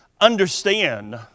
understand